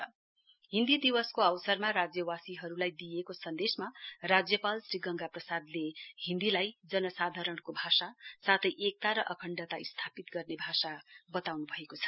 हिन्दी दिवस गर्वनर हिन्दी दिवसको अवसरमा राज्यवासीहरुलाई दिइएको सन्देशमा राज्यपालले श्री गंगा प्रसादले हिन्दीलाई जनसाधारणको भाषा साथै एकता र अखण्डता स्थापित गर्ने भाषा वताउनु भएको छ